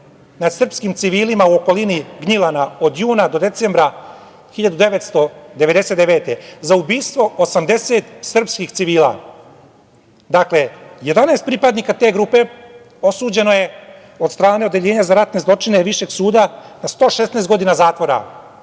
nad srpskim civilima u okolini Gnjilana od juna do decembra 1999. godine za ubistvo 80 srpskih civila. Dakle, 11 pripadnika te grupe osuđeno je od strane Odeljenja za ratne zločine Višeg suda na 116 godina zatvora,